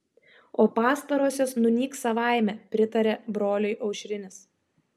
o pastarosios nunyks savaime pritarė broliui aušrinis